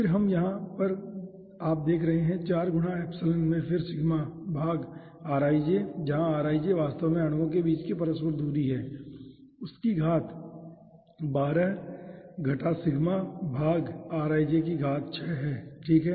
फिर हम यहां पर आप देख रहे हैं 4 गुना ईपीएसलॉन में फिर सिग्मा भाग rij जहां rij वास्तव में अणुओं के बीच की पारस्परिक दूरी है उसकी घात 12 घटा सिग्मा भाग rij की घात 6 है ठीक है